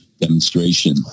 demonstration